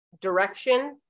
direction